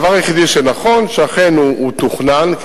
הדבר היחידי שנכון שאכן הוא תוכנן,